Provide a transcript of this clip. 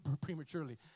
prematurely